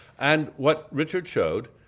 and what richard showed,